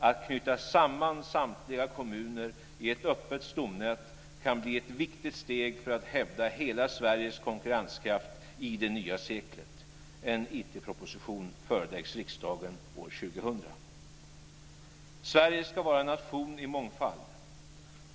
Att knyta samman samtliga kommuner i ett öppet stomnät kan bli ett viktigt steg för att hävda hela Sveriges konkurrenskraft i det nya seklet. En IT-proposition föreläggs riksdagen år 2000. Sverige ska vara en nation i mångfald.